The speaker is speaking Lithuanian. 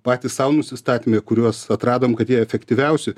patys sau nusistatėme kuriuos atradom kad jie efektyviausi